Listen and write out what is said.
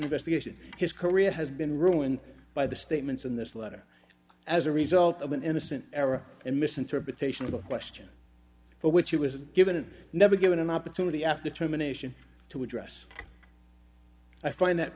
investigation his career has been ruined by the statements in this letter as a result of an innocent error and misinterpretation of a question but which he was given and never given an opportunity after terminations to address i find that